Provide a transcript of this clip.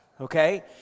okay